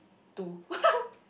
two